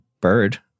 bird